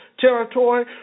territory